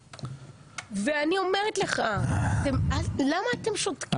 אני אומרת לך למה אתם שותקים?